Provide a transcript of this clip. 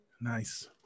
Nice